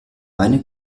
meine